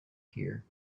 here